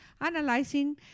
analyzing